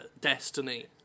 Destiny